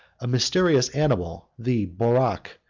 a mysterious animal, the borak,